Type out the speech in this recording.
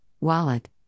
wallet